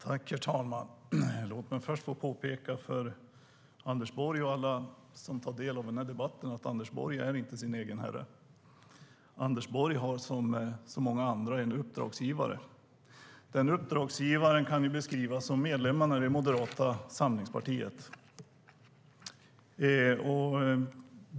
Herr talman! Låt mig först påpeka för Anders Borg och alla som tar del av den här debatten att Anders Borg inte är sin egen herre. Han har som så många andra en uppdragsgivare. Den uppdragsgivaren kan beskrivas som medlemmarna i Moderata samlingspartiet.